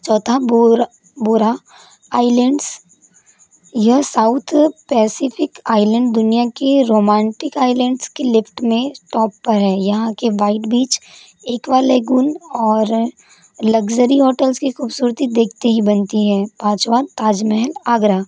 चौथा Bora islands यह South Pacific island दुनिया के रोमांटिक आइलैंड्स के लिफ्ट में टॉप पर हैं यहाँ के वाइट बीच एक्वा लैगून और लक्ज़री होटल्स की खूबसूरती देखते ही बनती है पाँचवा ताज महल आगरा